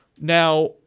Now